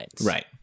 Right